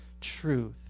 truth